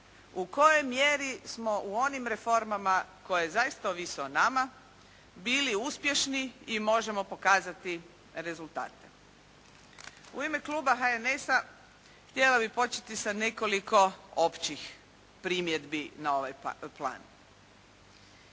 U kojoj mjeri smo u onim reformama koje zaista ovise o nama bili uspješni i možemo pokazati rezultate? U ime Kluba HNS-a htjela bih početi sa nekoliko općih primjedbi na ovaj plan.